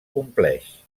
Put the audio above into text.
compleix